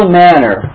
manner